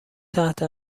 تحت